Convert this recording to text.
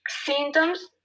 Symptoms